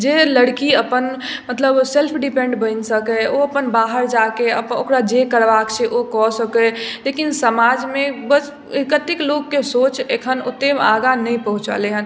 जे लड़की अपन मतलब सेल्फ डिपेन्ड बनि सकै ओ अपन बाहर जाके अप ओकरा जे करबाके छै ओ कऽ सकै लेकिन समाजमे बस कत्तेक लोकके सोच अखन ओत्तेक आगाँ नै पहुँचलै हन